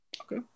Okay